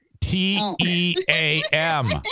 T-E-A-M